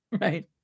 Right